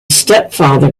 stepfather